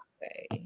say